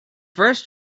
first